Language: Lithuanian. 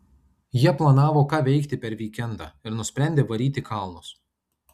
jie planavo ką veikti per vykendą ir nusprendė varyt į kalnus